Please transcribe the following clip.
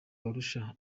barusha